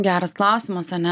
geras klausimas ane